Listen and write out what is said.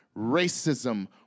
racism